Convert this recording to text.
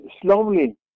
Slowly